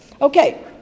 Okay